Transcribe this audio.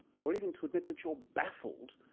or even to admit that you're baffled,